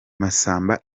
masamba